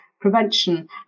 Prevention